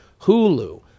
Hulu